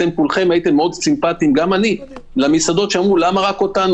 אתם כולכם הייתם מאוד סימפטיים גם אני למסעדות שאמרו: למה רק אותנו?